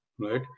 right